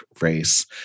race